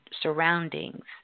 surroundings